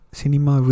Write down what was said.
cinema